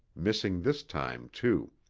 missing this time, too.